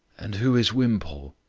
and who is wimpole?